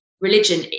religion